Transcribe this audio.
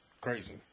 Crazy